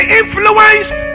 influenced